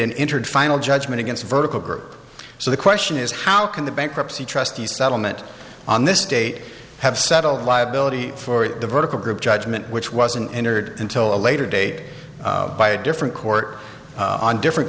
entered final judgment against a vertical group so the question is how can the bankruptcy trustee settlement on this day have settled liability for the vertical group judgment which wasn't entered until a later date by a different court on different